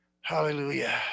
Hallelujah